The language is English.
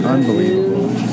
Unbelievable